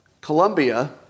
Colombia